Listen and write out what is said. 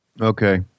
Okay